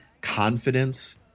confidence